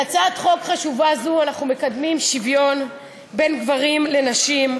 בהצעת חוק חשובה זו אנחנו מקדמים שוויון בין גברים לנשים,